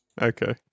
okay